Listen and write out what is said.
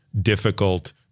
difficult